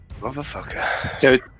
Motherfucker